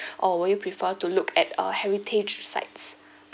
or will you prefer to look at uh heritage sites mm